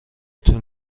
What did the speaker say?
طول